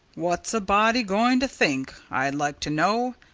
what's a body a-going to think i'd like to know?